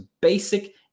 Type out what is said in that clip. basic